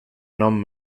non